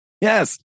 Yes